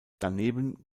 daneben